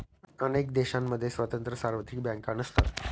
अनेक देशांमध्ये स्वतंत्र सार्वत्रिक बँका नसतात